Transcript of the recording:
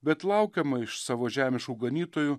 bet laukiama iš savo žemiškų ganytojų